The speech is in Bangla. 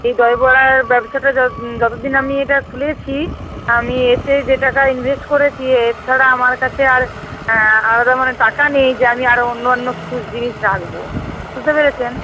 এই দইবড়ার ব্যবসাটা যত দিন আমি এটা খুলেছি আমি এতে যে টাকা ইনভেস্ট করেছি এছাড়া আমার কাছে আর আলাদা মানে টাকা নেই যে আমি আরও অন্য অন্য কিছু জিনিস রাখব বুঝতে পেরেছেন